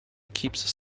keeps